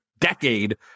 decade